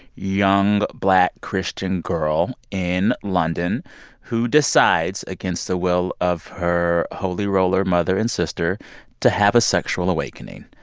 young black christian girl in london who decides against the will of her holy roller mother and sister to have a sexual awakening.